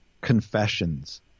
confessions